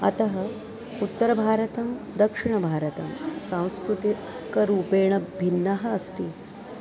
अतः उत्तरभारतं दक्षिणभारतं सांस्कृतिकरूपेण भिन्नः अस्ति